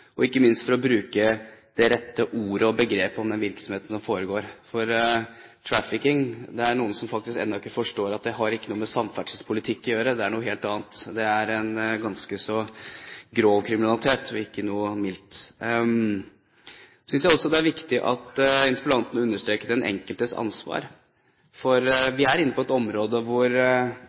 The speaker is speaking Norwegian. og ikke minst for å bruke det rette ordet og begrepet om den virksomheten som foregår: trafficking. Det er noen som faktisk ennå ikke forstår at det ikke har noe med samferdselspolitikk å gjøre. Det er noe helt annet. Det er en ganske så grov kriminalitet og ikke noe mildt. Jeg synes også det er viktig at interpellanten understreket den enkeltes ansvar. For vi er inne på et område hvor